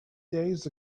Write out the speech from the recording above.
days